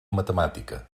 matemàtica